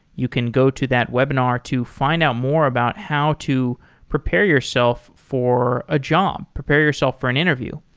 you can go to that webinar to find out more about how to prepare yourself for a job, prepare yourself for an interview.